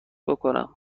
بکنم